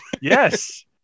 yes